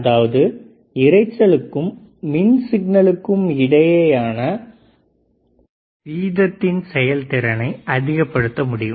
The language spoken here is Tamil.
அதாவது இரைச்சலுக்கு மின் சிக்னலுக்கும் இடையேயான வீதத்தின் செயல் திறனை அதிகப்படுத்த முடியும்